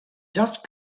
just